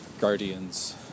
guardians